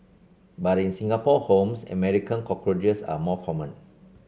but in Singapore homes American cockroaches are more common